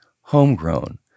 Homegrown